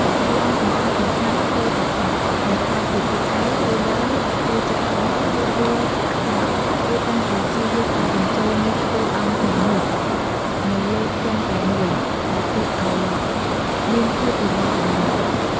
តួអង្គសំខាន់ៗស្ទើរទាំងអស់ មិនថាជាតួឯក តួរង តួចិត្តល្អ ឬតួចិត្តអាក្រក់ គេតែងតែព្យាយាមដាក់បញ្ចូលមុខតួអង្គទាំងនោះនៅលើផ្ទាំងតែមួយ ដែលធ្វើឲ្យមានភាពរញ៉េរញ៉ៃ។